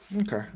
Okay